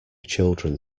children